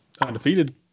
Undefeated